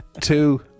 two